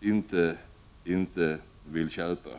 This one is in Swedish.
jag inte vill acceptera.